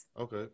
Okay